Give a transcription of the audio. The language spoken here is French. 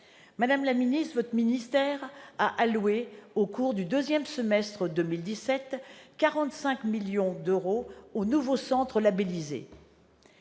Madame la ministre, votre ministère, au cours du deuxième semestre 2017, a alloué 45 millions d'euros aux nouveaux centres labellisés.